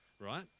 right